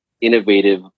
innovative